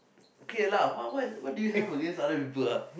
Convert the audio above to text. K lah what what what do you have against other people ah